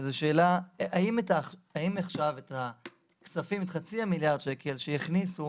האם החשבת את ה-500,000,000 ₪ שהכניסו